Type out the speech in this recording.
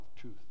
truth